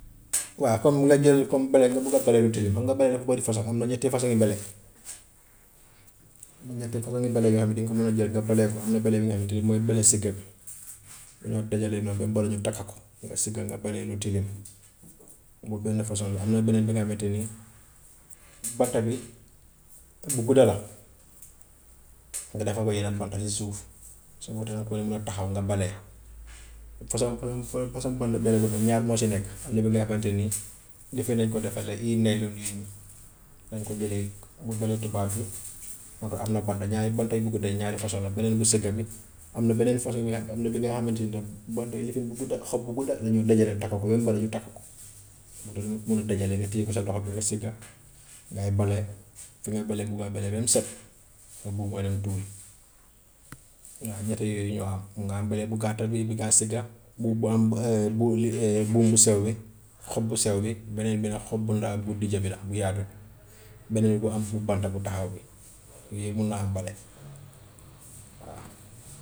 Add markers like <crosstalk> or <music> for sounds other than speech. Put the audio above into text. <noise> waa comme nga jël comme bale nga bugga bale lu tilim, xam nga bale dafa bari façon, am na ñetti fasoŋi bale. <noise> Ñetti fasoŋi bale yoo xam ne dinga ko mun a jël nga balee ko. Am na bale yu nga xamante ni mooy bale sëgga bi, <noise> dañoo dajale noonu ba mu bari ñu takk ko nga sëgga nga bale lu tilim <noise> boobu benn façon la. Am na beneen bi nga xamante ni <noise> banta bi <noise> bu gudda la <noise> nga defal ko yeneen banta si suuf so danga ko dee mun a taxaw nga bale. <noise> Fasoŋ <hesitation> fasoŋ bale boobu <noise> ñaar moo si nekk, am na bi nga xamante ni <noise> lifin lañ ko defaree yi nekk nii nii lañ ko jëlee bu gën a tubaab bi <noise> moom tam am na banta ñaari banta yu gudda, ñaari façon la beneen bu sëgga bi am na beneen façon yi nga xam ne am na bi nga xamante ne nag banta yëfin bu gudda xob bu gudda lañuy dajale takk ko ba mu bari ñu takk ko <noise> boobu danga ko mun a dajale nga téye ko sa loxo bi nga sëgga <noise> ngay bale, fi ngay bale bugga bale ba mu set <noise> nga buub nga dem tuuri. <noise> Ndax ñett yooyu ñoo am, mun nga am beneen bu gàtt bi, bi ngay sëgga bu bu am <hesitation> bu- li <hesitation> buum bu sew bi, xob bu sew bi, beneen bi nag xob bu nda- bu dijji bi la bu yàgg bi, beneen boo xam pour banta bu taxaw bi la, yooyu yëpp mun naa am bale <noise> waaw.